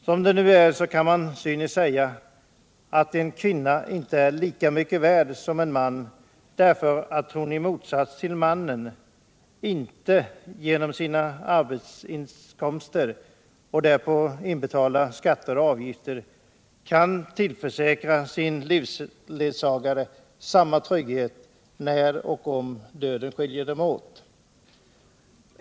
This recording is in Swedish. Som det nu är kan man cyniskt säga att en kvinna inte är lika mycket värd som en man, eftersom hon i motsats till mannen inte kan genom sina arbetsinkomster och i förhållande därtill inbetalade skatter och avgifter tillförsäkra sin livsledsagare samma trygghet som han kan, när döden skiljer dem åt.